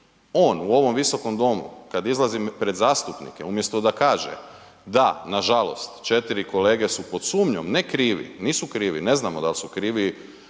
on u ovom Visokom domu kada izlazi pred zastupnice umjesto da kaže da nažalost 4 kolege su pod sumnjom, ne krivi, nisu krivi, ne znamo dal' su krivi